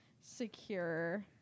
secure